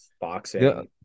boxing